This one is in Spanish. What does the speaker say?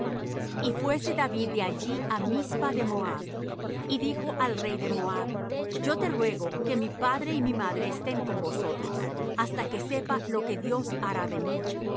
y fuése david de allí á mizpa de moab y dijo al rey de moab yo te ruego que mi padre y mi madre estén con vosotros hasta que sepa lo que dios hará de mí